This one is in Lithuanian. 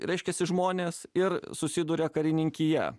reiškiasi žmonės ir susiduria karininkija